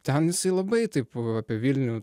ten jisai labai taip apie vilnių